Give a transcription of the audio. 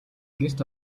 гэрт